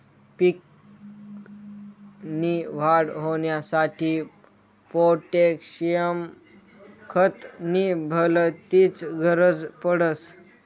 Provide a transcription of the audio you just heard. पीक नी वाढ होवांसाठी पोटॅशियम खत नी भलतीच गरज पडस